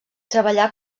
treballà